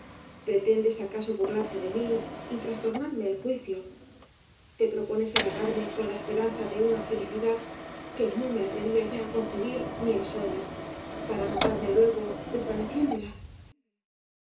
tendes acaso burlarte de mí y trastornarme el juicio te pi opones halagarme con la esperanza de una felicidad que no me atrevía ya á concebir ni en sueños para matarme luego desvaneciéndola